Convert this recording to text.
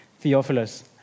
Theophilus